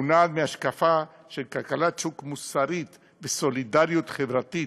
המונעת מהשקפה של כלכלת שוק מוסרית וסולידריות חברתית,